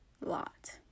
lot